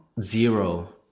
zero